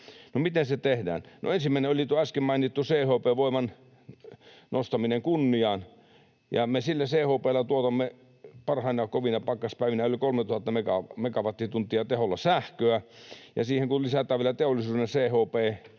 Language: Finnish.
miten se tehdään? No ensimmäinen oli tuo äsken mainittu CHP-voiman nostaminen kunniaan. Me sillä CHP:llä tuotamme parhaina, kovina pakkaspäivinä yli 3 000 megawattitunnin teholla sähköä, ja siihen kun lisätään vielä teollisuuden CHP